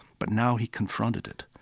but now he confronted it.